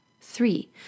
Three